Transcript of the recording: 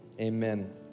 Amen